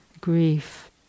grief